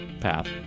path